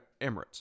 Emirates